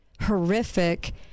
horrific